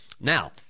Now